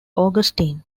augustine